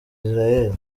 israel